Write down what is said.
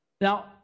Now